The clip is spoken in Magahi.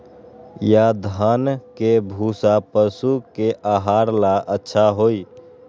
या धान के भूसा पशु के आहार ला अच्छा होई?